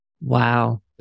wow